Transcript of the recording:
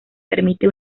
permite